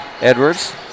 Edwards